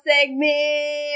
segment